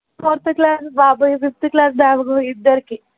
fourth class బాబు fifth class బాబుకు ఇద్దరికీ